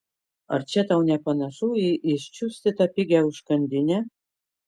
ar čia tau nepanašu į iščiustytą pigią užkandinę